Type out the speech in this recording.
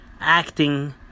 acting